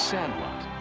Sandlot